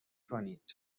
کنید